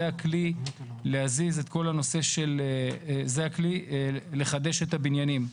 זה הכי להזיז את כל הנושא, לחדש את הבניינים.